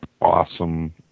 awesome